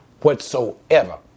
whatsoever